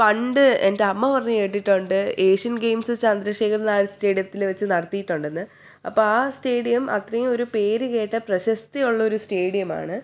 പണ്ട് എന്റെയമ്മ പറയുഞ്ഞ് കേട്ടിട്ടുണ്ട് ഏഷ്യൻ ഗെയിംസ് ചന്ദ്രശേഖർ നായർ സ്റ്റേഡിയത്തിൽ വെച്ച് നടത്തിയിട്ടുണ്ടെന്ന് അപ്പം ആ സ്റ്റേഡിയം അത്രയൊരു പേര് കേട്ട പ്രശസ്തിയുള്ള ഒരു സ്റ്റേഡിയമാണ്